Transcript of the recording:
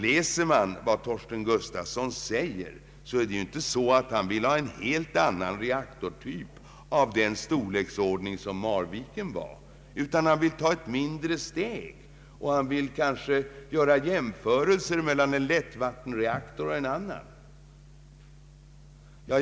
Läser man vad professor Torsten Gustafson säger, är det inte så att han vill ha en helt annan reaktortyp, av Marvikens storleksordning, utan han vill ta ett mindre steg och kanske göra jämförelser mellan en lättvattenreaktor och en tungvattenreaktor.